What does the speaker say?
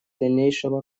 дальнейшего